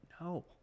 No